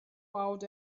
out